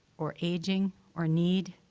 or aging or need,